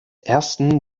ersten